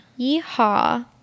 yeehaw